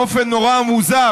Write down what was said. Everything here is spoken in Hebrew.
באופן נורא מוזר,